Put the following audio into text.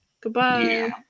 Goodbye